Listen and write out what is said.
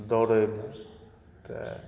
दौड़ैमे तऽ